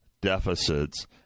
deficits